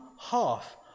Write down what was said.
half